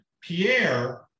Pierre